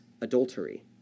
adultery